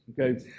Okay